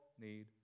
need